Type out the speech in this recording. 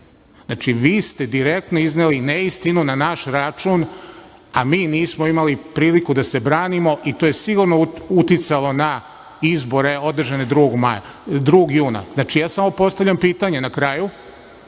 vi ste direktno izneli neistinu na naš račun, a mi nismo imali priliku da se branimo i to je sigurno uticalo na izbore održane 2. juna 2024. godine. Samo postavljam pitanje na kraju